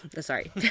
Sorry